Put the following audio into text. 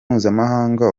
mpuzamahanga